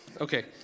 Okay